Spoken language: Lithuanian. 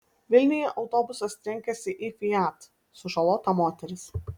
vilniuje autobusas trenkėsi į fiat sužalota moteris